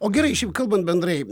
o gerai šiaip kalbant bendrai